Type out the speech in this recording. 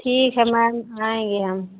ठीक है मैम आएंगे हम